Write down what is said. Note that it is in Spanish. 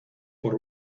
por